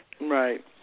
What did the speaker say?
Right